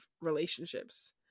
relationships